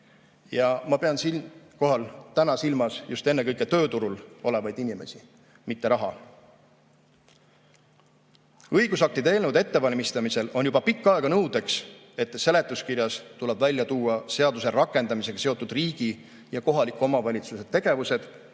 Ja ma pean siinkohal silmas ennekõike tööturul olevaid inimesi, mitte raha. Õigusaktide eelnõude ettevalmistamisel on juba pikka aega nõudeks, et seletuskirjas tuleb välja tuua seaduse rakendamisega seotud riigi ja kohaliku omavalitsuse tegevused,